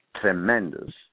tremendous